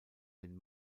den